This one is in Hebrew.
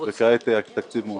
וכעת התקציב מועבר.